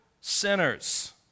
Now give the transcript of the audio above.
sinners